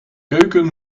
keuken